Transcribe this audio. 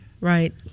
Right